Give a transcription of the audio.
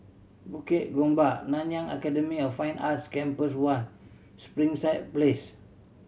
Bukit Gombak Nanyang Academy of Fine Arts Campus One Springside Place